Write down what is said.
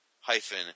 hyphen